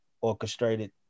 orchestrated